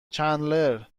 چندلر